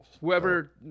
whoever